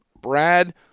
Brad